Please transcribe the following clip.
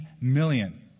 million